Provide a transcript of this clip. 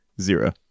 Zero